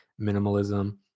minimalism